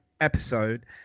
episode